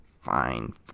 fine